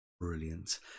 Brilliant